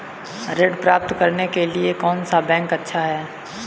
ऋण प्राप्त करने के लिए कौन सा बैंक अच्छा है?